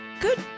Good